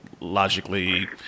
Logically